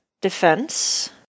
defense